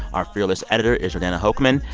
our fearless editor is jordana hochman.